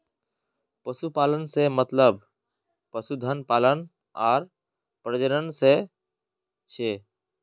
पशुपालन स मतलब पशुधन पालन आर प्रजनन स छिके